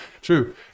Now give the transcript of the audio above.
true